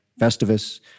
Festivus